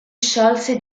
sciolse